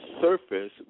surface